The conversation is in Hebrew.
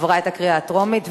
החברות (תיקון,